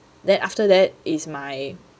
then after that is my